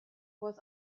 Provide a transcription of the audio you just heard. was